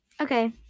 okay